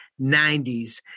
90s